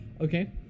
Okay